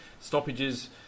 stoppages